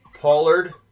Pollard